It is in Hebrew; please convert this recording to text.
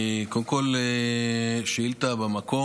קודם כול שאילתה במקום,